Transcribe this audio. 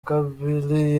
kabili